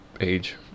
age